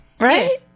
right